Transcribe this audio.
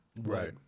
Right